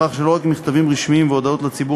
בכך שלא רק במכתבים רשמיים והודעות לציבור